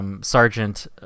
Sergeant